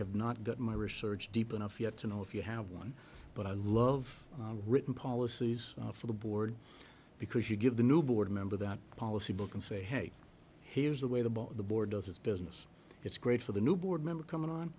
have not done my research deep enough yet to know if you have one but i love written policies for the board because you give the new board member the policy book and say hey here's the way the ball the board does its business it's great for the new board member coming on